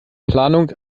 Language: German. planung